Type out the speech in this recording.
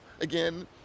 again